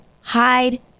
hide